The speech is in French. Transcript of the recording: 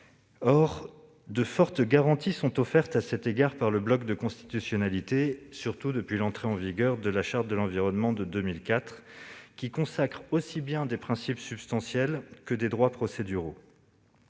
Or de fortes garanties sont offertes, à cet égard, par le bloc de constitutionnalité, surtout depuis l'entrée en vigueur de la Charte de l'environnement de 2004, qui consacre aussi bien des principes substantiels que des droits procéduraux.